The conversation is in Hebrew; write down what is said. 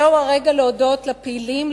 זהו הרגע להודות לפעילים,